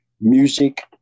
music